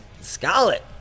Scarlet